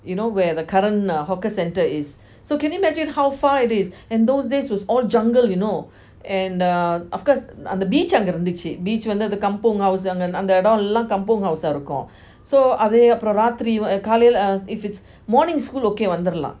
you know where the current uh hawker center is so can you imagine how far it is and those days was all jungle you know and uh of course uh the beach அங்க இருந்துச்சி:anga irunthuchi beach வந்து:vanthu kampong house இருக்கும் அந்த வேண்டாம் எல்லாம்:irukum antha eadam ellam kampong house eh இருக்கும்:irukum so அது அப்புறம் ராத்திரி காலைல:athu apram rathiri kalaila if it's morning school okay வந்துடலாம்:vanthudalam